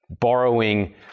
borrowing